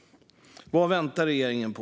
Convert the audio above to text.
Vad väntar regeringen på?